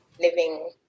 living